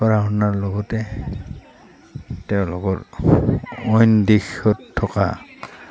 পঢ়া শুনাৰ লগতে তেওঁলোকৰ অইন দিশত থকা